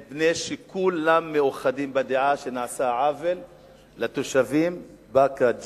כולם מאוחדים בדעה שבקדנציה הקודמת נעשה עוול לתושבים בבאקה וג'ת.